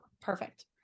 Perfect